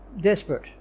desperate